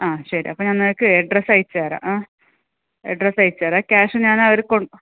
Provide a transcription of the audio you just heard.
ആ ശരി അപ്പം ഞാൻ നിങ്ങൾക്ക് അഡ്രസ്സ് അയച്ച് തരാം ആ അഡ്രസ്സ് അയച്ച് തരാം ക്യാഷ് ഞാൻ അവർ കൊൺ